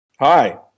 Hi